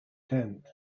tent